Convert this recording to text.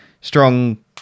strong